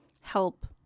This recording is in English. help